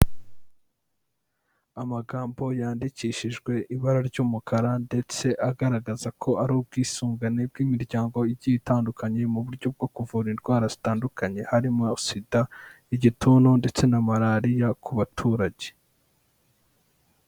Amagambo yandikishijwe ibara ry'umukara ndetse agaragaza ko ari ubwisungane bw'imiryango igiye itandukanye mu buryo bwo kuvura indwara zitandukanye, harimo SIDA, igituntu ndetse na malariya ku baturage.